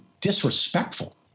disrespectful